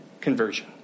conversion